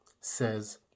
says